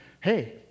hey